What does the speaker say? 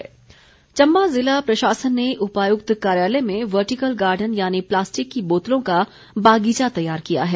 plastic Chamba ज़िला प्रशासन ने उपायुक्त कार्यालय में वर्टिकल गार्डन यानि प्लास्टिक की बोतलों का बागीचा तैयार किया है